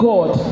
God